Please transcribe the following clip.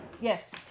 Yes